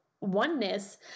Oneness